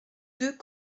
deux